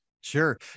sure